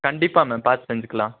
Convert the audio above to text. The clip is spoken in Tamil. கண்டிப்பாக மேம் பார்த்து செஞ்சுக்கலாம்